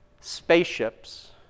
spaceships